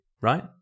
right